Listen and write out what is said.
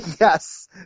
yes